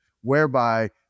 Whereby